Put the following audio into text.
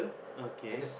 okay